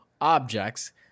objects